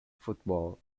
footballer